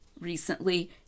recently